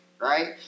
right